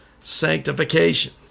sanctification